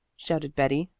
shouted betty.